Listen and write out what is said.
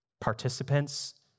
participants